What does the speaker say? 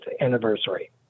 anniversary